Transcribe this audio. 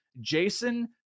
Jason